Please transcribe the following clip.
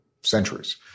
centuries